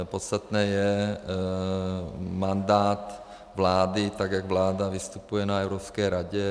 Podstatný je mandát vlády, jak vláda vystupuje na Evropské radě.